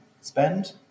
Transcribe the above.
spend